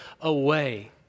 away